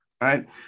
right